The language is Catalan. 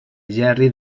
gerri